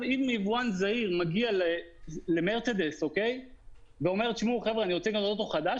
אם יבואן זעיר מגיע למרצדס ואומר: אני רוצה לקנות רכב חדש,